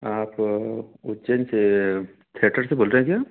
आप उज्जैन से थिएटर से बोल रहे हैं